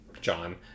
John